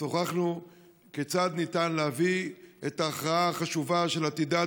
שוחחנו על כיצד ניתן להביא את ההכרעה החשובה על עתידה,